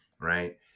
right